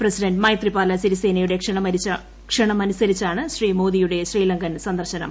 president Maithripala സിരിസേനയുടെ ക്ഷണമനുസരിച്ചാണ് ശ്രീ മോദിയുടെ ശ്രീലങ്കൻ സന്ദർശനം